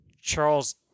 Charles